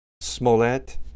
Smollett